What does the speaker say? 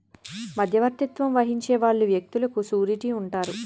మధ్యవర్తిత్వం వహించే వాళ్ళు వ్యక్తులకు సూరిటీ ఉంటారు